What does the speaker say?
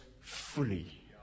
fully